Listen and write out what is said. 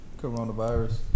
coronavirus